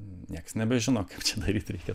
niekas nebežino kaip čia daryt reikia